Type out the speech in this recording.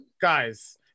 Guys